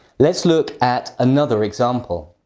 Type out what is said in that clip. let's look at another example